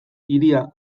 hiria